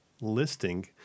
listing